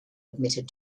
admitted